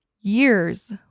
years